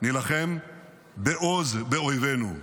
נילחם בעוז באויבינו,